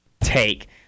take